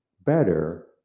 better